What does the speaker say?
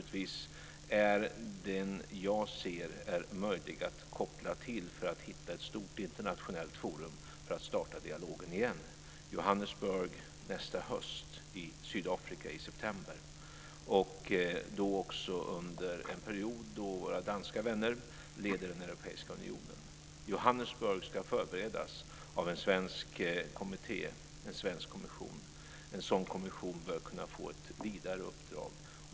Det är det jag ser som möjligt att koppla till för att hitta ett stort internationellt forum för att nästa höst i september starta dialogen igen i Johannesburg i Det är också under en period då våra danska vänner leder den europeiska unionen. Mötet i Johannesburg ska förberedas av en svensk kommission. En sådan kommission bör kunna få ett vidare uppdrag.